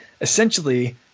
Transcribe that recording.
essentially